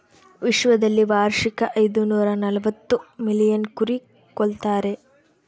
ವಿಶ್ವದಲ್ಲಿ ವಾರ್ಷಿಕ ಐದುನೂರನಲವತ್ತು ಮಿಲಿಯನ್ ಕುರಿ ಕೊಲ್ತಾರೆ